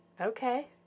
Okay